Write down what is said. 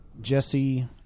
Jesse